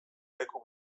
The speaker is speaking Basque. leku